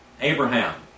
Abraham